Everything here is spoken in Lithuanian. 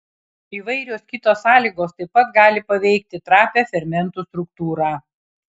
įvairios kitos sąlygos taip pat gali paveikti trapią fermentų struktūrą